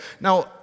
Now